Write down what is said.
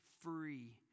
free